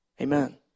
Amen